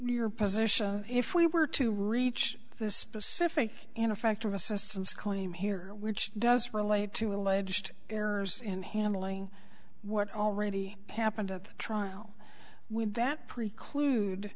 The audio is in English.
your position if we were to reach this specific you know effective assistance claim here which does relate to alleged errors in handling what already happened at the trial would that preclude